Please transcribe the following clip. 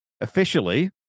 officially